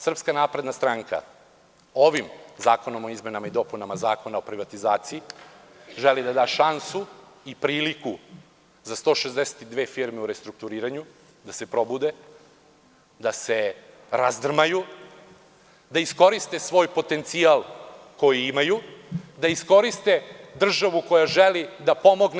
Srpska napredna stranka ovim Zakonom o izmenama i dopunama Zakona o privatizaciji želi da da šansu i priliku za 162 firme u restrukturiranju da se probude, da se razdrmaju, da iskoriste svoj potencijal koji imaju, da iskoriste državu koja želi da pomogne.